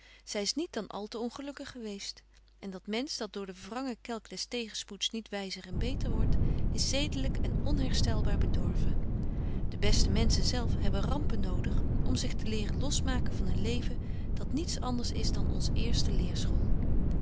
zy is niet dan al te ongelukkig geweest en dat mensch dat door den wrangen kelk des tegenspoeds niet wyzer en beter wordt is zedelyk en onherstelbaar bedorven de beste menschen zelf hebben rampen nodig om zich te leren losmaken van een leven dat niets anders is dan ons eerste leerschool